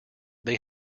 they